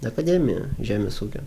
akademiją žemės ūkio